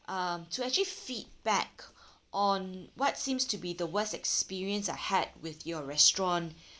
um to actually feedback on what seems to be the worst experience I had with your restaurant